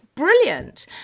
brilliant